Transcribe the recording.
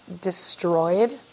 Destroyed